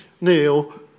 Neil